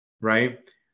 right